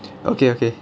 okay okay